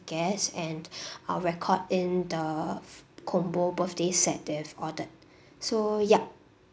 guests and I will record in the f~ combo birthday set that you've ordered so yup